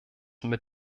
mit